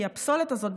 כי הפסולת הזאת,